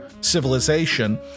civilization